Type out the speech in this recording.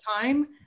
time